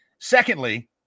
secondly